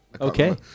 Okay